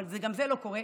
אבל גם זה לא קורה,